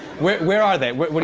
where where are they? what